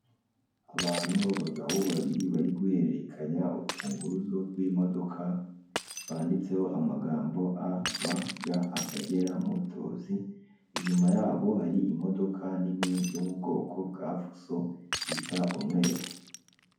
Abantu bagabo babiri bari guhererekanya urufunguzo rw'imodoka, rwanditseho amagambo a ba ga Akagera motozi, inyuma yabo hari imodoka nini yo mu bwoko bwa fuso isa umweru.